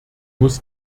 muss